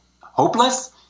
hopeless